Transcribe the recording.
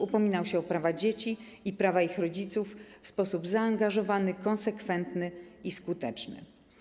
Upominał się o prawa dzieci i prawa ich rodziców w sposób zaangażowany, konsekwentny i skuteczny.